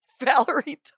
Valerie